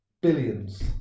billions